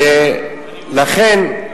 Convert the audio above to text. ולכן,